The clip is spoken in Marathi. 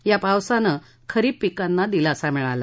या पावसानं खरीप पिकांना दिलासा मिळाला